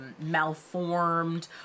malformed